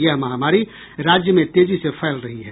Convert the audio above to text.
यह महामारी राज्य में तेजी से फैल रही है